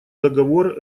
договор